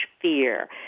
Fear